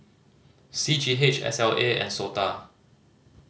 C G H S L A and SOTA